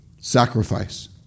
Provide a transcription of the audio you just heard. sacrifice